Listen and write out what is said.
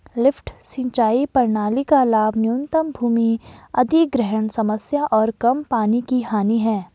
lift सिंचाई प्रणाली का लाभ न्यूनतम भूमि अधिग्रहण समस्या और कम पानी की हानि है